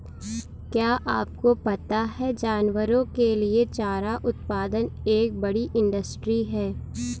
क्या आपको पता है जानवरों के लिए चारा उत्पादन एक बड़ी इंडस्ट्री है?